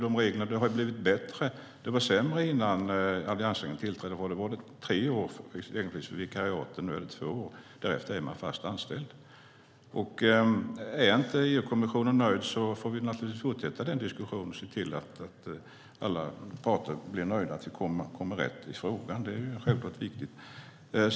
Det var sämre innan alliansregeringen tillträdde, för då var det tre år för vikariaten. Nu är det två år, och därefter blir man fast anställd. Är inte EU-kommissionen nöjd får vi naturligtvis fortsätta diskussionen och se till att alla parter blir nöjda och att vi kommer rätt i frågan. Det är självklart viktigt.